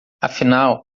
afinal